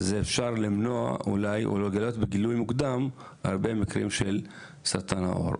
אפשר למנוע אולי בגילוי מוקדם הרבה מקרים של סרטן העור.